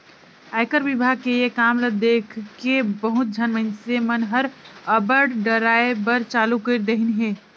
आयकर विभाग के ये काम ल देखके बहुत झन मइनसे मन हर अब डराय बर चालू कइर देहिन हे